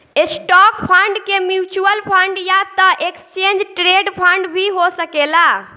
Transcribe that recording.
stock fund के mutual fund या त एक्सचेंज ट्रेड फंड भी हो सकेला